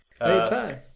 Anytime